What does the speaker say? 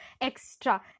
extra